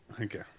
Okay